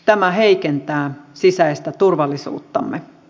tämä heikentää sisäistä turvallisuuttamme